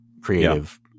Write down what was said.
creative